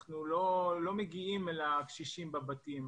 אנחנו לא מגיעים אל הקשישים בבתים.